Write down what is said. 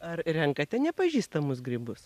ar renkate nepažįstamus grybus